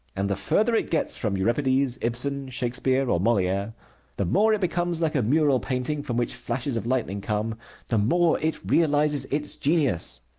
and the further it gets from euripides, ibsen, shakespeare, or moliere the more it becomes like a mural painting from which flashes of lightning come the more it realizes its genius.